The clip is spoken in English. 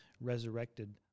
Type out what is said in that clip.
resurrected